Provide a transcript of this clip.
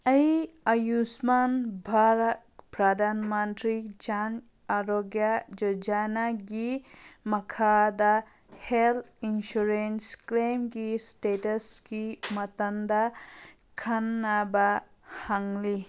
ꯑꯩ ꯑꯌꯨꯁꯃꯥꯟ ꯚꯥꯔꯠ ꯄ꯭ꯔꯥꯙꯥꯟ ꯃꯟꯇ꯭ꯔꯤ ꯖꯥꯟ ꯑꯥꯔꯣꯒ꯭ꯌꯥ ꯌꯣꯖꯥꯅꯥꯒꯤ ꯃꯈꯥꯗ ꯍꯦꯜꯠ ꯏꯟꯁꯨꯔꯦꯟꯁ ꯀ꯭ꯂꯦꯝꯒꯤ ꯁ꯭ꯇꯦꯇꯁꯀꯤ ꯃꯇꯥꯡꯗ ꯈꯪꯅꯕ ꯍꯪꯂꯤ